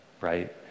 right